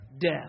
death